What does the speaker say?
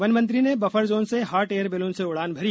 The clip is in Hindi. वन मंत्री ने बफर जोन से हाट एयर वैलून से उडान भरी